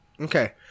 Okay